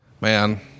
Man